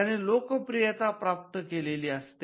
त्याने लोकप्रियता प्राप्त केली असते